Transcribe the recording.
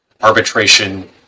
arbitration